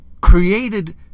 created